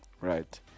right